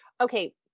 okay